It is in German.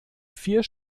vier